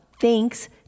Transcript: Thanks